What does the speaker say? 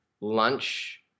lunch